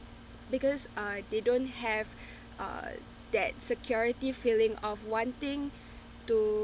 because uh they don't have uh that security feeling of wanting to